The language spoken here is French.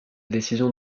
décision